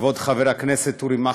כבוד חבר הכנסת אורי מקלב,